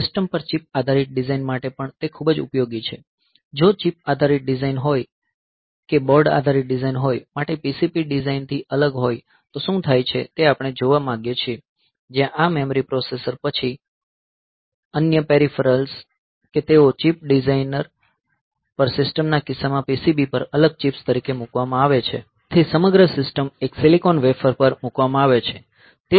system પર chip આધારિત design માટે પણ તે ખૂબ જ ઉપયોગી છે જો ચિપ આધારિત ડિઝાઇન હોય કે બોર્ડ આધારિત ડિઝાઇન હોય અથવા PCB ડિઝાઇનથી અલગ હોય તો શું થાય છે તે આપણે જોવા માંગીએ છીએ જ્યાં આ મેમરી પ્રોસેસર પછી અન્ય પેરિફેરલ્સ કે તેઓ ચિપ ડિઝાઇન પર સિસ્ટમના કિસ્સામાં PCB પર અલગ ચિપ્સ તરીકે મૂકવામાં આવે છે તેથી સમગ્ર સિસ્ટમ એક સિલિકોન વેફર પર મૂકવામાં આવે છે